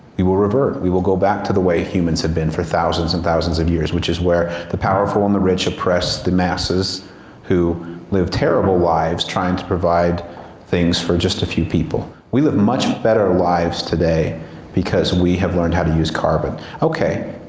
we will revert. we will go back to the way humans have been for thousands and thousands of years, which is where the powerful and the rich oppress the masses who live terrible lives trying to provide things for just a few people. we live much better lives today because we have learned how to use carbon. okay,